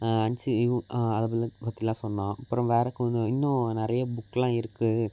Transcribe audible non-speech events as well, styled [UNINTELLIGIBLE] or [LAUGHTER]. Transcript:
[UNINTELLIGIBLE] பற்றிலாம் சொன்னான் அப்பறம் வேற குந்தவை இன்னும் நிறைய புக்லாம் இருக்குது